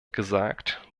gesagt